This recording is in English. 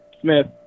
Smith